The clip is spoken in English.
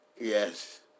Yes